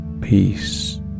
peace